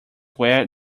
where